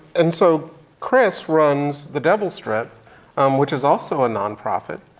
and so chris runs the devil strip um which is also a nonprofit,